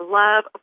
love